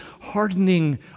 hardening